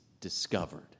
discovered